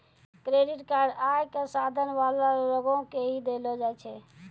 credit card आय क साधन वाला लोगो के ही दयलो जाय छै